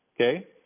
okay